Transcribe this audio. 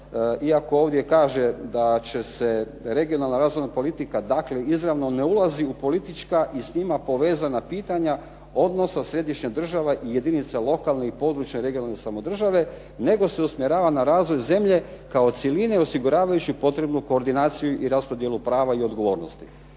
iako ovdje kaže da će se regionalna razvojna politika, dakle izravno ne ulazi u politička i s njima povezana pitanja odnosa središnje država i jedinica lokalne, područne regionalne samouprave, nego se usmjerava na razvoj zemlje kao cjeline osiguravajući potrebnu koordinaciju i raspodjelu prava i odgovornosti.